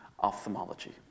ophthalmology